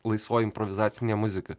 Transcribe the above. laisvoji improvizacinė muzika